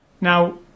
Now